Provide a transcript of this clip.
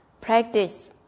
practice